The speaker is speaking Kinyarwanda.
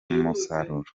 musaruro